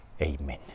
Amen